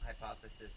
hypothesis